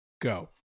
go